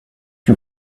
you